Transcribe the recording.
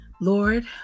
Lord